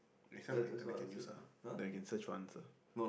this one got internet can use ah then can search for the answer